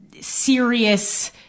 serious